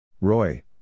Roy